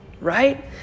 right